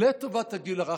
לטובת הגיל הרך,